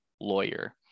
lawyer